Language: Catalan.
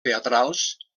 teatrals